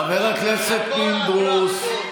חבר הכנסת פינדרוס,